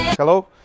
Hello